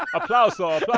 ah aplausos